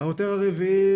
העותר הרביעי,